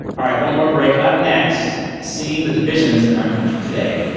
all right one more break. up next, seeing the divisions in our country today,